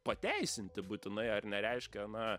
pateisinti būtinai ar nereiškia na